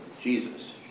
Jesus